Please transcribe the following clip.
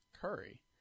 Curry